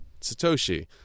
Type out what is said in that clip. Satoshi